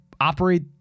operate